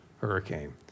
hurricane